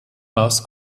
moss